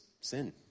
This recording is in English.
sin